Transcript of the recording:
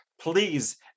Please